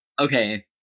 okay